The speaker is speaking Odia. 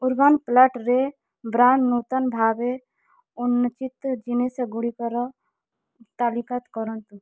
ଅରବାନ୍ ପ୍ଲାଟ୍ରେ ବ୍ରାଣ୍ଡ୍ ନୂତନ ଭାବେ ଉନ୍ମୋଚିତ ଜିନିଷ ଗୁଡ଼ିକର ତାଲିକାତ୍ କରନ୍ତୁ